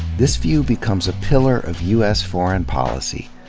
this view becomes a pillar of u s. foreign policy,